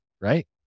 right